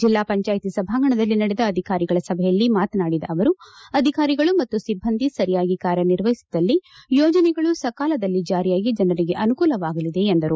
ಜಿಲ್ಲಾ ಪಂಚಾಯಿತಿ ಸಭಾಂಗಣದಲ್ಲಿ ನಡೆದ ಅಧಿಕಾರಿಗಳ ಸಭೆಯಲ್ಲಿ ಮಾತನಾಡಿದ ಅವರು ಅಧಿಕಾರಿಗಳು ಮತ್ತು ಸಿಬ್ಬಂದಿ ಸರಿಯಾಗಿ ಕಾರ್ಯ ನಿರ್ವಹಿಸಿದಲ್ಲಿ ಯೋಜನೆಗಳು ಸಕಾಲದಲ್ಲಿ ಜಾರಿಯಾಗಿ ಜನರಿಗೆ ಅನುಕೂಲವಾಗಲಿದೆ ಎಂದರು